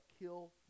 kill